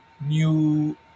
new